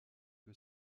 que